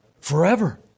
Forever